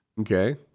Okay